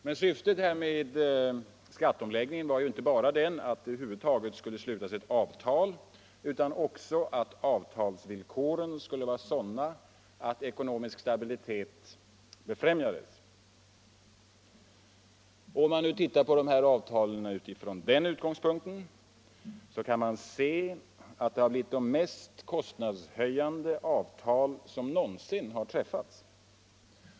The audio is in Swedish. Men syftet med skatteomläggningen var inte bara att det över huvud taget skulle slutas ett avtal utan också att avtalsvillkoren skulle vara sådana att ekonomisk stabilitet befrämjades. Om man tittar på avtalen utifrån den utgångspunkten kan man se att det blivit de mest kostnadshöjande avtal som någonsin träffats.